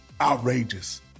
outrageous